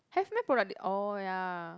have meh product oh ya